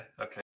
okay